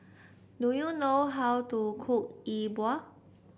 do you know how to cook E Bua